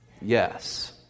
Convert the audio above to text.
yes